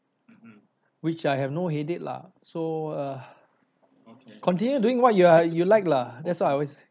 which I have no headache lah so uh continue doing what you are you like lah that's what I always